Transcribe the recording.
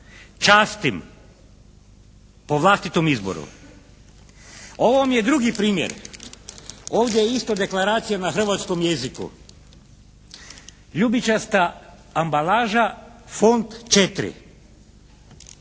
častim po vlastitom izboru. Ovo vam je drugi primjer. Ovdje je isto deklaracija na hrvatskom jeziku. Ljubičasta ambalaža, font 4.